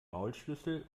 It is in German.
maulschlüssel